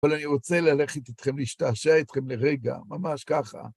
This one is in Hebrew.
אבל אני רוצה ללכת איתכם, להשתעשע איתכם לרגע, ממש ככה.